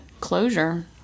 closure